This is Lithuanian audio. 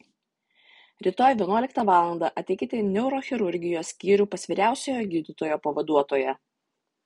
rytoj vienuoliktą valandą ateikite į neurochirurgijos skyrių pas vyriausiojo gydytojo pavaduotoją